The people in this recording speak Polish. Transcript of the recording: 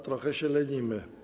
Trochę się lenimy.